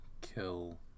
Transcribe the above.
kill